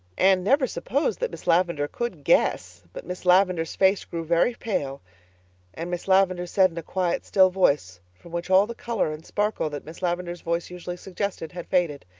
anne never supposed that miss lavendar could guess but miss lavendar's face grew very pale and miss lavendar said in a quiet, still voice, from which all the color and sparkle that miss lavendar's voice usually suggested had faded.